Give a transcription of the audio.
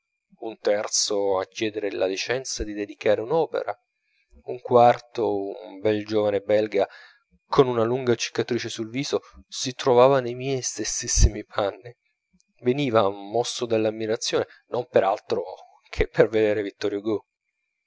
un terzo a chiedere la licenza di dedicare un'opera un quarto un bel giovane belga con una lunga cicatrice sul viso si trovava nei miei stessissimi panni veniva mosso dalla ammirazione non per altro che per veder vittor hugo